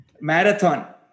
Marathon